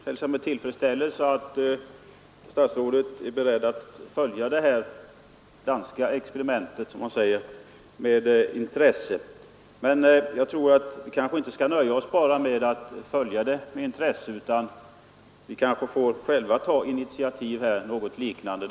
Herr talman! Jag hälsar med tillfredsställelse att statsrådet är beredd att följa det danska projektet med intresse, men jag tror att vi kanske inte skall nöja oss med bara det, utan vi kanske själva får ta initiativ till något liknande.